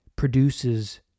produces